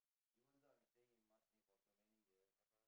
even though I am staying in Marsiling for so many years